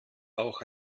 auch